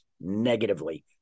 negatively